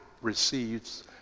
receives